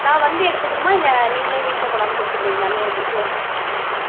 நான் வந்து எடுத்துக்கணும்மா இல்லை நீங்களே வீட்டில் கொண்டாந்து கொடுத்துடுவீங்களா நூறு புக் ஆ